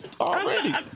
already